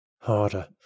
Harder